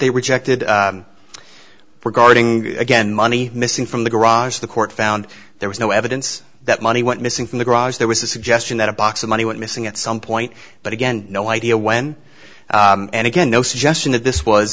they rejected regarding again money missing from the garage the court found there was no evidence that money went missing from the garage there was a suggestion that a box of money went missing at some point but again no idea when and again no suggestion that this was